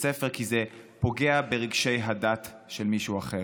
ספר כי זה פוגע ברגשי הדת של מישהו אחר.